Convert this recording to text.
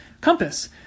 Compass